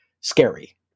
scary